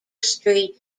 street